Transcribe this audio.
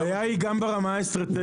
הבעיה היא גם ברמה האסטרטגית,